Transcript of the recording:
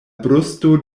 brusto